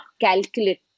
calculate